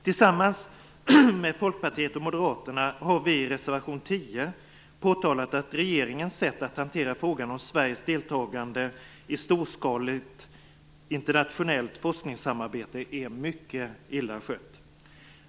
Tillsammans med Folkpartiet och Moderaterna har vi i reservation 10 påtalat att regeringen har hanterat frågan om Sveriges deltagande i storskaligt internationellt forskningssamarbete mycket illa.